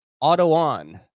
Auto-on